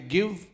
Give